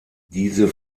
diese